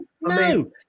No